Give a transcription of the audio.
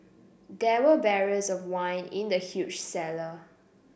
there were barrels of wine in the huge cellar